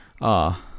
Ah